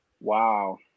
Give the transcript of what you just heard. Wow